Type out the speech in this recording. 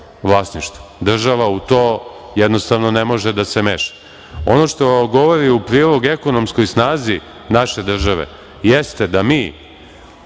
Država u to jednostavno ne može da se meša. Ono što govori u prilog ekonomskoj snazi naše države jeste da mi